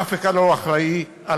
אף אחד לא אחראי למכלול.